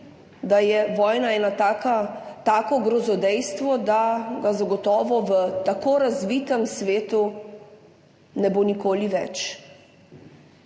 da je vojna ena tako grozodejstvo, da ga zagotovo v tako razvitem svetu ne bo nikoli več.